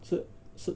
是是